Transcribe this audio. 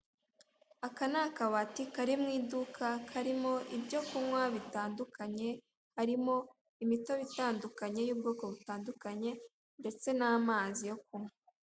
Aka ni akabati kari mu iduka karimo ibyo kunywa, bitandukanye, harimo imitobe itandukanye y'ubwoko butandukanye ndetse n'amazi yo kunywa.